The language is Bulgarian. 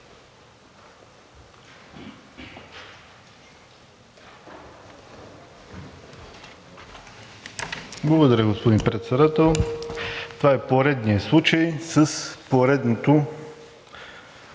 Благодаря, господин Председател. Това е поредният случай с поредното,